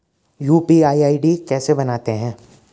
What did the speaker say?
UPI ID कैसे बनाते हैं?